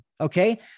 Okay